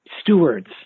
stewards